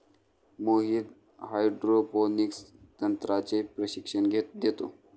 Mohit hydroponics तंत्राचे प्रशिक्षण देतो